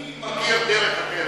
אני מכיר דרך אחרת.